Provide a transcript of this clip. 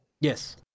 Yes